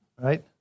Right